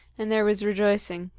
and there was rejoicing.